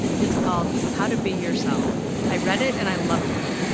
it's called how to be yourself. i read it and i loved it.